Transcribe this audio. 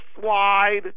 slide